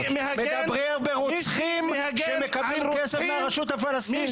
מדברים ברוצחים שמקבלים כסף מהרשות הפלסטינית,